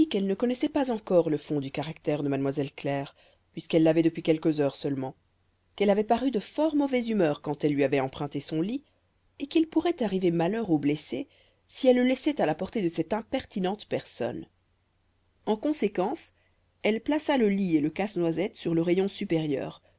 qu'elle ne connaissait pas encore le fond du caractère de mademoiselle claire puisqu'elle l'avait depuis quelques heures seulement qu'elle avait paru de fort mauvaise humeur quand elle lui avait emprunté son lit et qu'il pourrait arriver malheur au blessé si elle le laissait à la portée de cette impertinente personne en conséquence elle plaça le lit et le casse-noisette sur le rayon supérieur